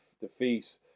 defeat